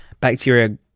bacteria